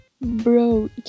Bro